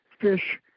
fish